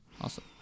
Awesome